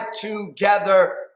together